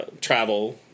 travel